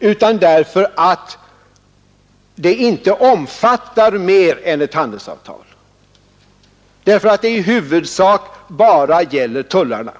utan därför att det inte omfattar mer än ett handelsavtal och i huvudsak bara gäller tullarna.